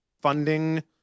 funding